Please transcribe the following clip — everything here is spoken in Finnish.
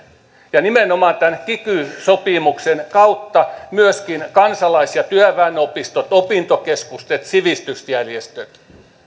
ja nimenomaan tämän kiky sopimuksen kautta myöskin kansalais ja työväenopistot opintokeskukset sivistysjärjestöt